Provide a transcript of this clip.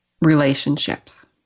relationships